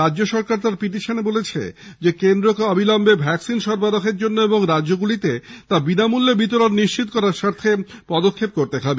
রাজ্য সরকার তার পিটিশনে বলেছে কেন্দ্রকে অবিলম্বে ভ্যাকসিন সরবরাহের জন্য এবং রাজ্যগুলিতে তা বিনামূল্যে বিতরণ নিশ্চিত করার স্বার্থে পদক্ষেপ করতে হবে